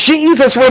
Jesus